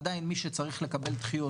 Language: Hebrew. עדיין מי שצריך לקבל דחיות,